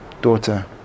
daughter